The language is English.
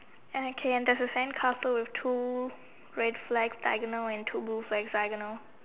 and okay and there's a sand castle with two red flag diagonal and two blue flag diagonal